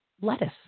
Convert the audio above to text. Lettuce